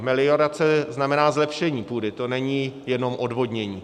Meliorace znamená zlepšení půdy, to není jenom odvodnění.